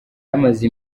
amaze